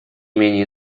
менее